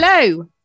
Hello